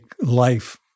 life